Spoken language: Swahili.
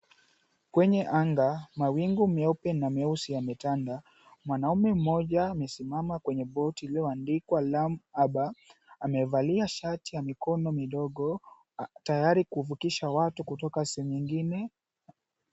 Kwenye anga, mawingu meupe na meusi yametanda. Mwanamume mmoja amesimama kwenye boti iliyoandikwa, "Lamu Uber". Amevalia shati ya mikono midogo, tayari kuvukisha watu kutoka sehemu ingine.